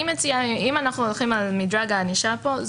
אני מציעה אם אנחנו הולכים על מדרג הענישה פה,